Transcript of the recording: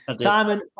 Simon